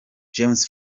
james